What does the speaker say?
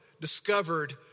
discovered